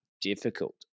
difficult